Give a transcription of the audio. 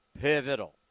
pivotal